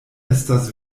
estas